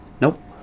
Nope